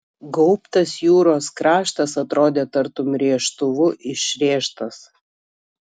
gaubtas jūros kraštas atrodė tartum rėžtuvu išrėžtas